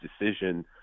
decision